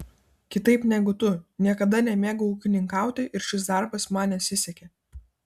kitaip negu tu niekada nemėgau ūkininkauti ir šis darbas man nesisekė